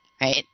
right